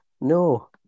No